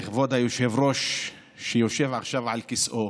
כבוד היושב-ראש שיושב עכשיו על כיסאו,